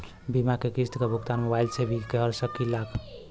बीमा के किस्त क भुगतान मोबाइल से भी कर सकी ला?